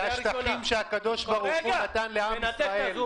זה השטחים שהקדוש ברוך הוא נתן לעם ישראל.